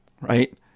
right